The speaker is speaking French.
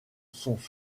sont